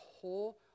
whole